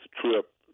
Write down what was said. trip